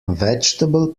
vegetable